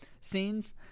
scenes